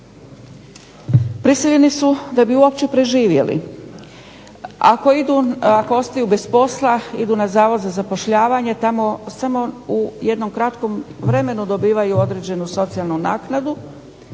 Prisiljeni su da bi uopće preživjeli. Ako idu, ako ostaju bez posla idu na Zavod za zapošljavanje. Tamo samo u jednom kratkom vremenu dobivaju određenu socijalnu naknadu.